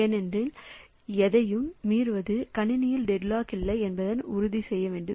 அவற்றில் எதையும் மீறுவது கணினியில் டெட்லாக் இல்லை என்பதை உறுதி செய்யும்